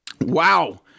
Wow